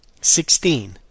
sixteen